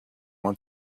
want